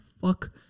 fuck